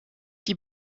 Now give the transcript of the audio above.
die